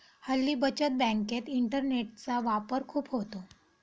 हल्ली बचत बँकेत इंटरनेटचा वापर खूप होतो